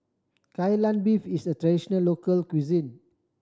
Kai Lan Beef is a traditional local cuisine